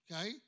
okay